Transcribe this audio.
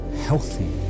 healthy